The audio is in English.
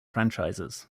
franchises